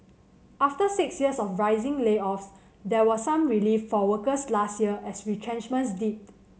after six years of rising layoffs there was some relief for workers last year as retrenchments dipped